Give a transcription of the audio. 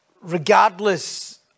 regardless